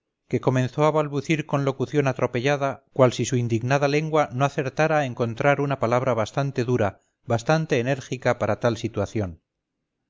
que comenzó a balbucir con locución atropellada cual si su indignada lengua no acertara a encontrar una palabra bastante dura bastante enérgica para tal situación